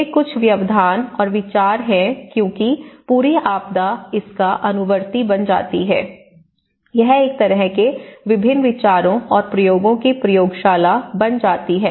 ये कुछ व्यवधान और विचार हैं क्योंकि पूरी आपदा इसका अनुवर्ती बन जाती है यह एक तरह के विभिन्न विचारों और प्रयोगों की प्रयोगशाला बन जाती है